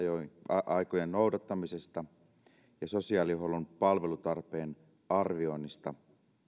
määräaikojen noudattamisesta ja sosiaalihuollon palvelutarpeen arvioinnista